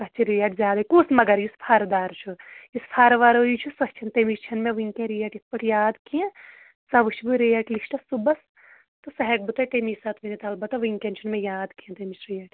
تَتھ چھِ ریٹ زیادَے کُس مگر یُس فَرٕدار چھُ یُس فَرٕ وَرٲے چھُ سۅ چھَنہٕ تَمہِ چھَنہٕ مےٚ وُنکٮ۪ن ریٹ یَتھٕ پٲٹھۍ یاد کیٚنٛہہ سۄ وُچھٕ بہٕ ریٹ لِسٹَس صُبَحس تہٕ سُہ ہٮ۪کہٕ بہٕ تۄہہِ تَمی ساتہٕ ؤنِتھ اَلبتہٕ وُنکٮ۪ن چھُنہٕ مےٚ یاد کیٚنٛہہ تَمِچ ریٹ